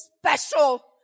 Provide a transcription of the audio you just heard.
special